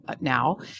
now